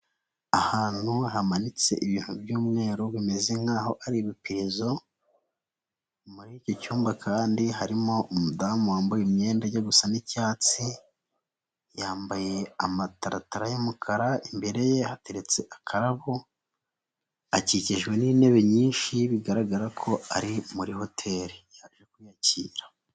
Ahantu hamanitse ibintu by'umweru bimeze nk'aho ari iperereza muri icyo cyumba kandi harimo umudamu wambaye imyenda ijya gusa n'icyatsi, yambaye amataratara y'umukara, imbere ye hateretse akarabo, akikijwe n'intebe nyinshi bigaragara ko ari muri hoteli yaje kwiyakira.